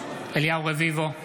רביבו,